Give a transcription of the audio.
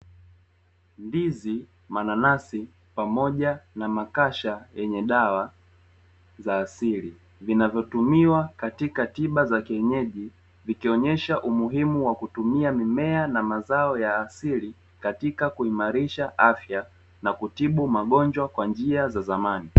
Ndizi, mananasi pamoja na makasha yenye dawa za asili, vinavyotumiwa katika tiba za kienyeji vikionyesha umuhimu wa kutumia mimea na mazao ya asili katika kuimarisha afya na kutibu magongwa kwa njia za zamani.